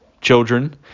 Children